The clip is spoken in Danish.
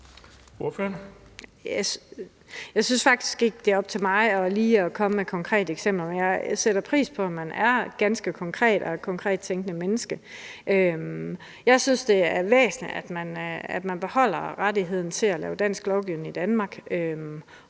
Jeg synes faktisk ikke, det er op til mig lige at komme med konkrete eksempler, men jeg sætter pris på, at man er ganske konkret og et konkret tænkende menneske. Jeg synes, det er væsentligt, at man beholder rettigheden til at lave dansk lovgivning i Danmark,